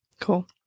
cool